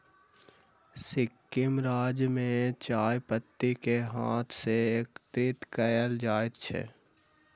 सिक्किम राज्य में चाय पत्ती के हाथ सॅ एकत्रित कयल जाइत अछि